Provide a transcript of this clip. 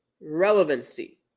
Relevancy